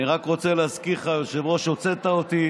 אני רק רוצה להזכיר לך, היושב-ראש, שהוצאת אותי